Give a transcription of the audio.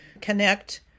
connect